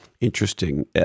Interesting